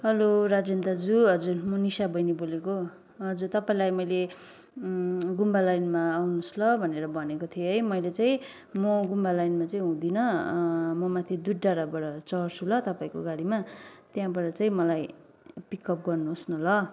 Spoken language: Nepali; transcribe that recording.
हेलो राजेन दाजु हजुर मो निशा बहिनी बोलेको हजुर तपाईँलाई मैले गुम्बा लाइनमा आउनुहोस् ल भनेर भनेको थिएँ है मैले चाहिँ म गुम्बा लाइनमा चाहिँ हुँदिनँ म माथि दुध डाँडाबाट चढ्छु ल तपाईँको गाडीमा त्यहाँबाट चाहिँ मलाई पिकअप गर्नुहोस् न ल